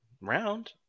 round